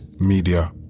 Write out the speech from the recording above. media